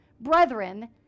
brethren